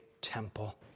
temple